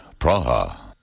Praha